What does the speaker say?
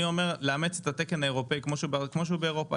אני אומר לאמץ את התקן האירופאי כמו שהוא באירופה.